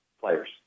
players